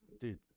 Dude